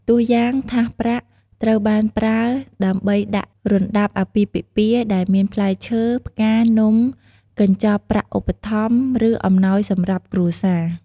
ទោះយ៉ាងថាសប្រាក់ត្រូវបានប្រើដើម្បីដាក់ រណ្តាប់អាពាហ៍ពិពាហ៍ ដែលមានផ្លែឈើ ផ្កា នំ កញ្ចប់ប្រាក់ឧបត្ថម្ភ ឬអំណោយសម្រាប់គ្រួសារ។